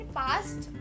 past